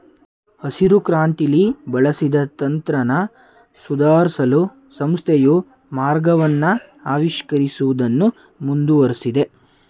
ಹಸಿರುಕ್ರಾಂತಿಲಿ ಬಳಸಿದ ತಂತ್ರನ ಸುಧಾರ್ಸಲು ಸಂಸ್ಥೆಯು ಮಾರ್ಗವನ್ನ ಆವಿಷ್ಕರಿಸುವುದನ್ನು ಮುಂದುವರ್ಸಿದೆ